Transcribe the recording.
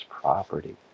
property